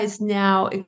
now